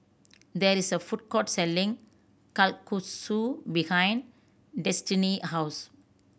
there is a food court selling Kalguksu behind Destinee house